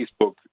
Facebook